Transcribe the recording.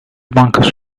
bankası